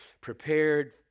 prepared